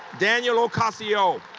daniel ocasio.